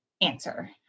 answer